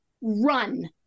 Run